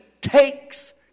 takes